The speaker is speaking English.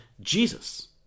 Jesus